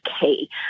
key